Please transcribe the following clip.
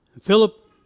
Philip